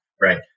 right